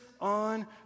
on